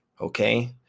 okay